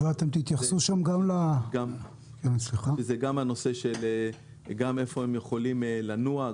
זה גם לגבי המקומות בהם הם יכולים לנוע,